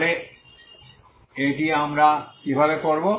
তাহলে এটা আমরা কিভাবে করব